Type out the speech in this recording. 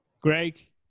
Greg